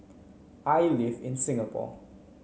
I live in Singapore